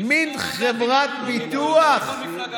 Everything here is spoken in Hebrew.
מין חברת ביטוח.